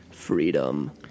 freedom